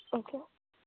okay